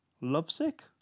Lovesick